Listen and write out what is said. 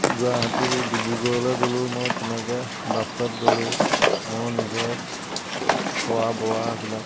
গুৱাহাটী ডিব্ৰুগড়লৈ গ'লেও মই তেনেকৈ বাছত গ'লেও মই নিজৰ খোৱা বোৱা এইবিলাক